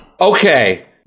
Okay